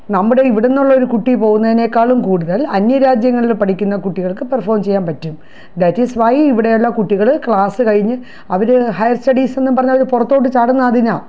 നമ്മുടെ ഇവിടുന്നുള്ള ഒരു കുട്ടി പോകുന്നതിനേക്കാളും കൂടുതൽ അന്യരാജ്യങ്ങളിൽ പഠിക്കുന്ന കുട്ടികൾക്ക് പെർഫോം ചെയ്യാൻ പറ്റും ദാറ്റ് ഈസ് വൈ ഇവിടെയുള്ള കുട്ടികൾ ക്ലാസ് കഴിഞ്ഞു അവര് ഹയർ സ്റ്റഡീസ് എന്നും പറഞ്ഞ് പുറത്തോട്ട് ചാടുന്നത് അതിനാണ്